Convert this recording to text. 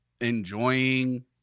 enjoying